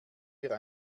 wir